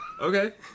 Okay